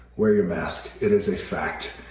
wear your mask. it is a fact,